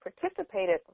participated